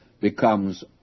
becomes